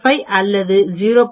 05 அல்லது 0